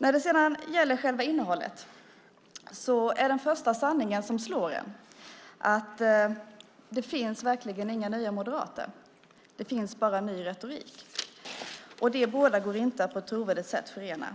När det gäller själva innehållet är den första sanning som slår en att det verkligen inte finns några nya moderater. Det finns bara ny retorik, och de båda sakerna går inte att på ett trovärdigt sätt förena.